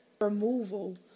removal